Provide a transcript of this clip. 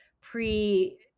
pre